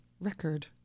record